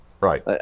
Right